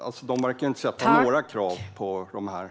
De verkar inte ställa några krav på företagen.